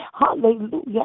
Hallelujah